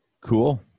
Cool